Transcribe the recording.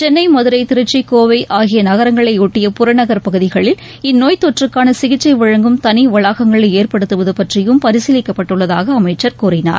சென்னை மதுரை திருச்சி கோவை ஆகிய நகரங்களையொட்டிய புறநகர் பகுதிகளில் இந்நோய்த் தொற்றுக்கான சிகிச்சை வழங்கும் தனி வளாகங்களை ஏற்படுத்துவது பற்றியும் பரிசீலிக்கப்பட்டுள்ளதாக அமைச்ச் கூறினார்